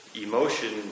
emotion